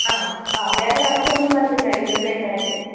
ആ ആ വേറെ തടസ്സം ഒന്നും വരത്തില്ലായിരിക്കും അല്ലേ അതിൻ്റെ ഇടയ്ക്ക്